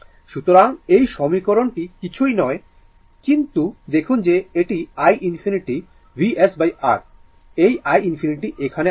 সুতরাং এই সমীকরণটি কিছুই নয় কিন্তু দেখুন যে এটি iinfinity VsR এই iinfinity এখানে আছে